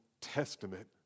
Testament